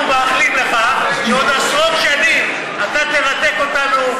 אנחנו מאחלים לך שעוד עשרות שנים אתה תרתק אותנו.